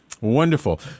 Wonderful